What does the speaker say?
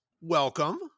welcome